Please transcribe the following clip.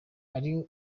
ati